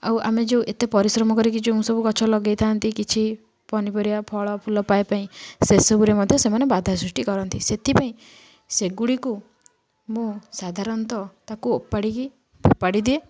ଆଉ ଆମେ ଯେଉଁ ଏତେ ପରିଶ୍ରମ କରିକି ଯେଉଁ ସବୁ ଗଛ ଲଗାଇଥାନ୍ତି କିଛି ପନିପରିବା ଫଳ ଫୁଲ ପାଇବା ପାଇଁ ସେସବୁରେ ମଧ୍ୟ ସେମାନେ ବାଧା ସୃଷ୍ଟି କରନ୍ତି ସେଥିପାଇଁ ସେଗୁଡ଼ିକୁ ମୁଁ ସାଧାରଣତଃ ତାକୁ ଓପାଡ଼ିକି ଫୋପାଡ଼ିଦିଏ